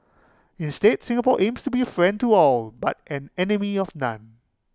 instead Singapore aims to be A friend to all but an enemy of none